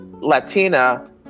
latina